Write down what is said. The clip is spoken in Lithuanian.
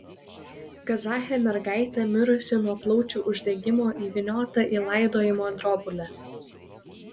kazachė mergaitė mirusi nuo plaučių uždegimo įvyniota į laidojimo drobulę